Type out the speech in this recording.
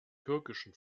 türkischen